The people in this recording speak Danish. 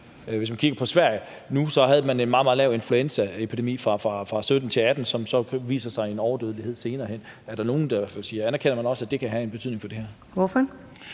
Hvis man kigger på Sverige, havde man en meget, meget lille influenzaepidemi i 2017-18, som så viser sig i en overdødelighed senere hen – er der i hvert fald nogle der siger. Anerkender man også, at det kan have en betydning for det her? Kl.